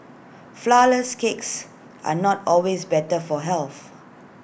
Flourless Cakes are not always better for health